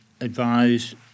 advised